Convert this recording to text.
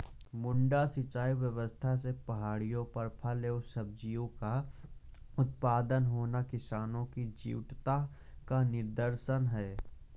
मड्डा सिंचाई व्यवस्था से पहाड़ियों पर फल एवं सब्जियों का उत्पादन होना किसानों की जीवटता का निदर्शन है